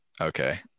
Okay